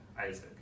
Isaac